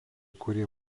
kurie